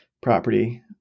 property